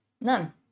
None